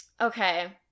okay